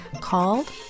called